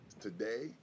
Today